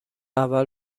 اول